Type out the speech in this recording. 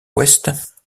ouest